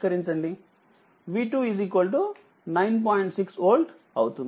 6 volt అవుతుంది